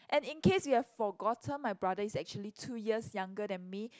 and in case you have forgotten my brother is actually two years younger than me